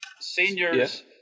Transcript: Seniors